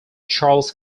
charles